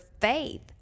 faith